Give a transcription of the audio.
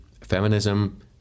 feminism